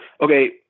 okay